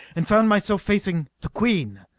and found myself facing the queen.